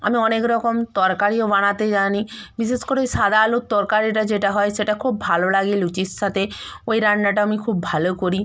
আমি অনেক রকম তরকারিও বানাতে জানি বিশেষ করে ওই সাদা আলুর তরকারিটা যেটা হয় সেটা খুব ভালো লাগে লুচির সাথে ওই রান্নাটা আমি খুব ভালো করি